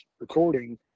recording